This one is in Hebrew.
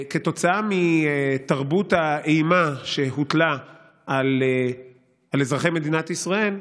כתוצאה מתרבות האימה שהוטלה על אזרחי מדינת ישראל,